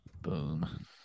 Boom